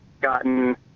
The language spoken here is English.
gotten